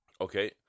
Okay